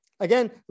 Again